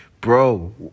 Bro